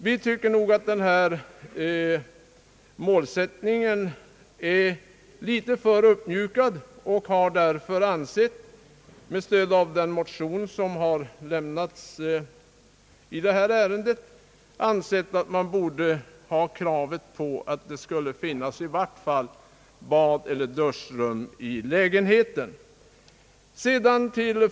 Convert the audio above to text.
Vi anser att förslaget är litet för uppmjukat och har därför motionsledes framhållit att kravet på badeller duschrum i lägenheten borde kvarstå.